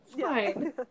fine